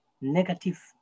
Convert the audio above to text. negative